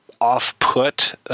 off-put